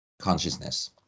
consciousness